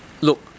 look